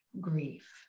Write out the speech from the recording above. grief